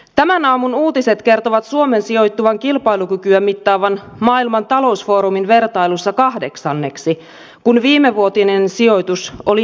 tämän aamun uutiset kertovat suomen sijoittuvan kilpailukykyä mittaavan maailman talousfoorumin vertailussa kahdeksanneksi kun viimevuotinen sijoitus oli neljäs